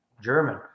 German